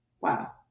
Wow